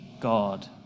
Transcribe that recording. God